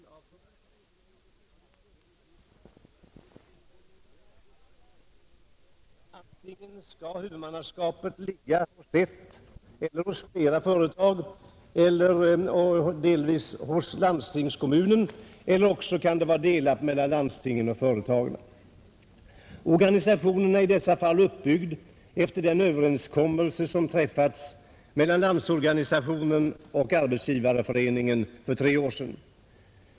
Antingen skall huvudmannaskapet ligga hos ett eller hos flera företag eller delvis ligga hos landstingen eller också delas mellan landstingen och företagen. Organisationen är i dessa fall uppbyggd efter den överenskommelse som träffades mellan LO och Arbetsgivareföreningen för tre år sedan.